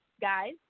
guys